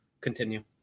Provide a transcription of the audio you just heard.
Continue